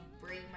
bring